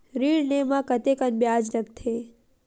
ऋण ले म कतेकन ब्याज लगथे?